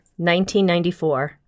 1994